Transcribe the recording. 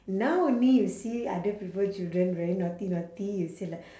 now only you see other people children very naughty naughty you say like